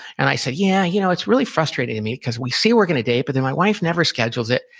and i said, yeah, you know, it's really frustrating to me, because we say we're gonna date, but then my wife never schedules it.